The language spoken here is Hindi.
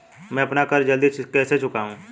मैं अपना कर्ज जल्दी कैसे चुकाऊं?